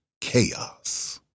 chaos